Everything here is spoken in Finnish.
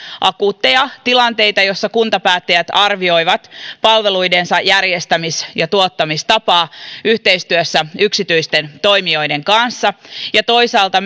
akuutteja tilanteita joissa kuntapäättäjät arvioivat palveluidensa järjestämis ja tuottamistapaa yhteistyössä yksityisten toimijoiden kanssa ja toisaalta